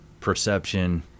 perception